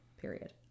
period